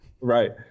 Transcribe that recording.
Right